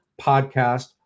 Podcast